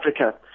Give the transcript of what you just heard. Africa